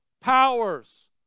powers